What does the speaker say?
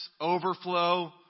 Overflow